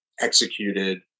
executed